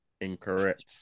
Incorrect